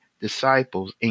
disciples